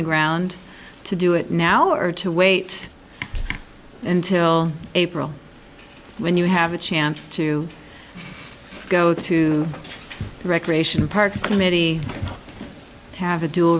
the ground to do it now or to wait until april when you have a chance to go to the recreation parks committee have a dual